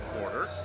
quarter